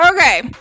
Okay